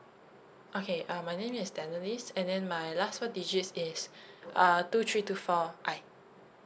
okay uh my name is tannelis and then my last four digits is uh two three two four I